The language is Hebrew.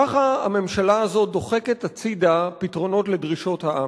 ככה הממשלה הזאת דוחקת הצדה פתרונות לדרישות העם.